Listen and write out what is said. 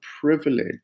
privilege